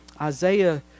Isaiah